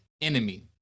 enemy